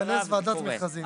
לכנס ועדת מכרזים.